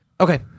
Okay